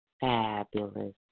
fabulous